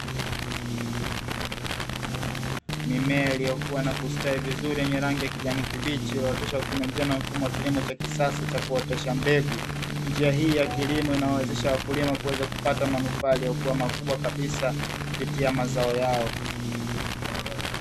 Mimea iliyokuwa na kustawi vizuri yenye rangi ya kijani kibichi, iliyooteshwa kwa njia ya mfumo wa kilimo cha kisasa cha kuotesha mbegu. Njia hii ya kilimo inamuwezesha mkulima kuweza kupata manufaa yaliyokuwa makubwa kabisa kupitia mazao yao.